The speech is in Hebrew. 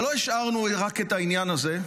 אבל לא השארנו רק את העניין הזה.